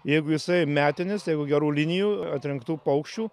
jeigu jisai metinis jeigu gerų linijų atrinktų paukščių